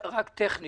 אמרה